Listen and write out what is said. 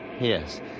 Yes